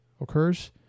occurs